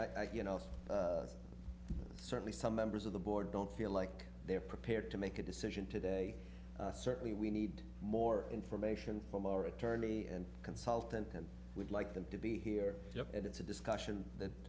think you know certainly some members of the board don't feel like they are prepared to make a decision today certainly we need more information from our attorney and consultant and we'd like them to be here and it's a discussion that